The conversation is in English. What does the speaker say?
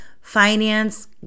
finance